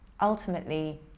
ultimately